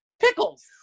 pickles